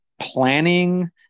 planning